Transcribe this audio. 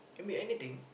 can be anything